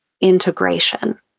integration